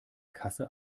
kasse